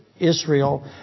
Israel